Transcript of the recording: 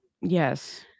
Yes